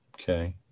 Okay